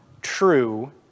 true